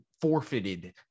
forfeited